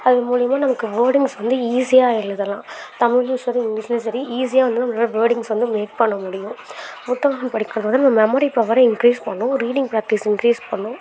அது மூலியமாக நமக்கு வேடிங்ஸ் வந்து ஈஸியாக எழுதலாம் தமிழ்லையும் சரி இங்கிலீஷ்லையும் சரி ஈஸியாக வந்து நம்மளால் வேடிங்ஸ் வந்து மேக் பண்ண முடியும் புத்தகங்கள் படிக்கிறது வந்து நம்ம மெமரிபவரை இன்க்ரீஸ் பண்ணும் ரீடிங் ப்ராக்டிஸ் இன்க்ரீஸ் பண்ணும்